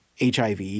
HIV